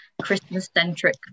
Christmas-centric